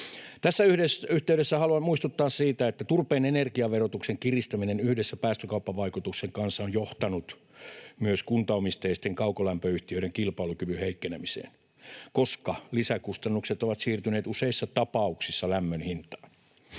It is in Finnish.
Tässä yhteydessä haluan muistuttaa siitä, että turpeen energiaverotuksen kiristäminen yhdessä päästökauppavaikutuksen kanssa on johtanut myös kuntaomisteisten kaukolämpöyhtiöiden kilpailukyvyn heikkenemiseen, koska lisäkustannukset ovat siirtyneet useissa tapauksissa lämmön hintaan.